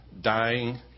dying